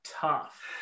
tough